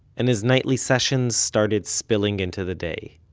and his nightly sessions started spilling into the day.